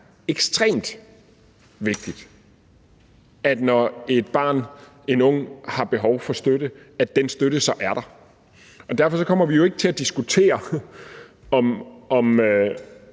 ekstremt vigtigt, når et barn eller en ung har behov for støtte, at den støtte så er der. Derfor kommer vi jo ikke til at diskutere, om